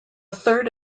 third